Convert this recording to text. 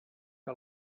que